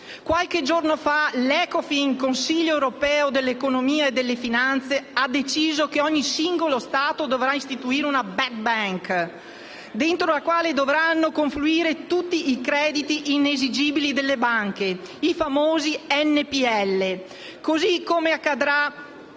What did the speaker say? Qualche giorno fa l'Ecofin, il Consiglio europeo dell'economia e delle finanze, ha deciso che ogni singolo Stato dovrà istituire una *bad bank*, dentro la quale dovranno confluire tutti i crediti inesigibili delle banche, i famosi NPL, così come accadrà